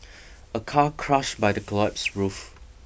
a car crushed by the collapsed roof